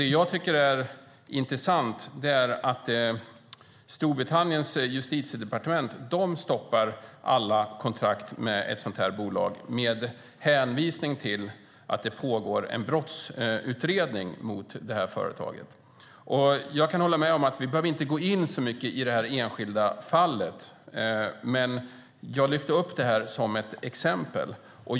Det jag tycker är intressant är att Storbritanniens justitiedepartement stoppar alla kontrakt med ett sådant bolag med hänvisning till att det pågår en brottsutredning mot företaget. Jag kan hålla med om att vi inte behöver gå in så mycket i detta enskilda fall, men jag lyfte upp detta som ett exempel.